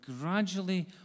gradually